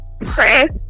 press